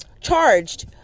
charged